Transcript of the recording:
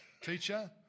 Teacher